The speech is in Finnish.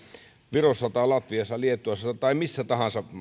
virossa latviassa liettuassa tai missä tahansa